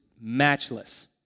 matchless